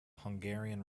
hungarian